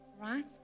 Right